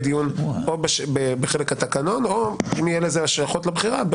דיון כאן בחלק התקנון או אם יהיו לזה השלכות לבחירה,